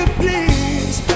please